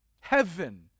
Heaven